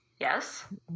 yes